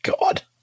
God